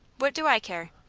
what do i care?